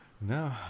No